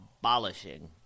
abolishing